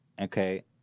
Okay